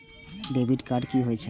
Debit card की होय छेय?